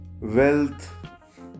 Wealth